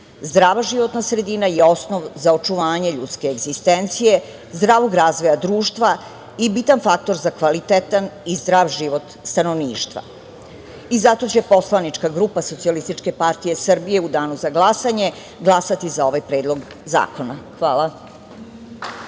Zdrava životna sredina je osnov za očuvanje ljudske egzistencije, zdravog razvoja društva i bitan faktor za kvalitetan i zdrav život stanovništva. Zato će poslanička grupa SPS u danu za glasanje glasati za ovaj predlog zakona. Hvala.